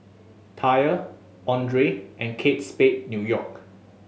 TYR Andre and Kate Spade New York